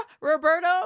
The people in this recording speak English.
Roberto